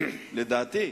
לדעתי,